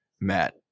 matt